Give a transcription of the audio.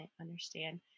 understand